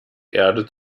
erde